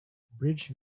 bridge